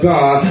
God